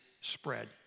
spread